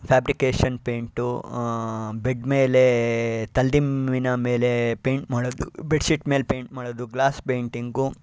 fabrication paint bed ಮೇಲೆ ತಲ್ದಿಂಬಿನ ಮೇಲೆ ಪೇಂಟ್ ಮಾಡೋದು ಬೆಡ್ಶೀಟ್ ಮೇಲೆ ಪೇಂಟ್ ಮಾಡೋದು ಗ್ಲಾಸ್ ಪೇಂಟಿಂಗು